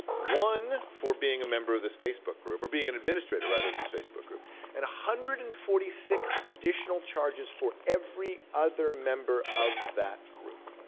one for being a member of this facebook group, or being an administrator rather of this facebook group and one hundred and forty six additional charges for every other member of that group,